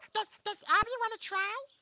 does does abby wanna try?